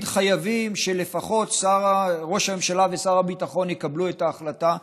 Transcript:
חייבים שלפחות ראש הממשלה ושר הביטחון יקבלו את ההחלטה,